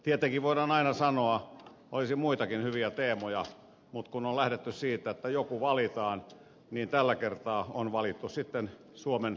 tietenkin voidaan aina sanoa että olisi muitakin hyviä teemoja mutta kun on lähdetty siitä että jokin valitaan niin tällä kertaa on valittu sitten suomen yk politiikka